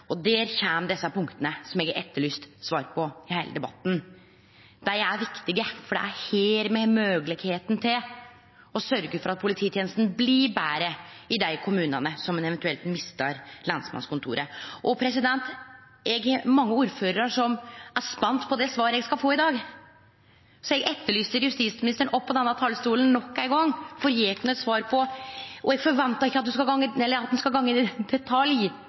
Der kjem dei punkta som eg har etterlyst svar på i heile debatten. Dei er viktige, for det er her me har moglegheita til å sørgje for at polititenesta blir betre i dei kommunane som eventuelt mistar lensmannskontoret. Det er mange ordførarar som er spente på det svaret eg skal få i dag, så eg etterlyser nok ein gong at justisministeren kjem opp på denne talarstolen for å gje oss eit svar på det. Eg ventar ikkje at han skal gå i detalj, men at han skal